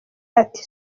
ati